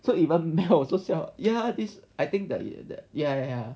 so even mel also siao this I think the ya ya